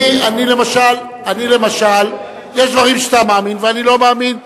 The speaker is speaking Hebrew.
אני למשל, יש דברים שאתה מאמין ואני לא מאמין.